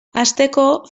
hasteko